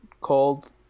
called